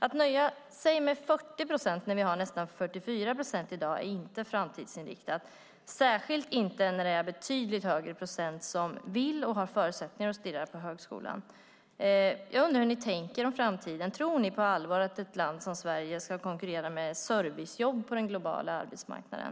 Att nöja sig med 40 procent när vi har nästan 44 procent i dag är inte framtidsinriktat, särskilt inte när det är en betydligt högre procent som vill och har förutsättningar att studera på högskolan. Jag undrar hur ni tänker om framtiden. Tror ni på allvar att ett land som Sverige ska konkurrera med servicejobb på den globala arbetsmarknaden?